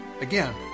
Again